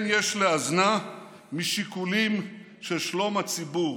כן יש לאזנה משיקולים של שלום הציבור".